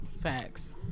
Facts